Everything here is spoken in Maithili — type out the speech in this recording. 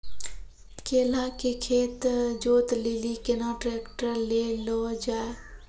केला के खेत जोत लिली केना ट्रैक्टर ले लो जा?